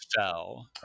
fell